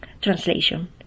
translation